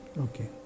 Okay